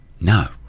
No